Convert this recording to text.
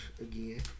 again